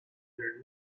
their